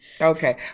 Okay